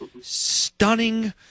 stunning